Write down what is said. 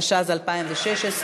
התשע"ז 2016,